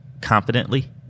confidently